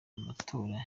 amatora